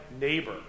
neighbor